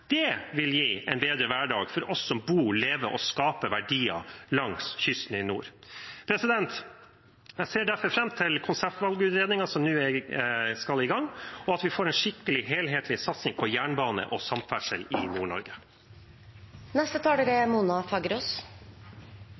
Det vil gi en bedre hverdag for oss som bor, lever og skaper verdier langs kysten i nord. Jeg ser derfor fram til konseptvalgutredningen som nå skal i gang, og til at vi får en skikkelig, helhetlig satsing på jernbane og samferdsel i Nord-Norge. En klok mann har sagt: «Se mot nord.» Mitt inderlige ønske er